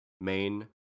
main